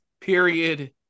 period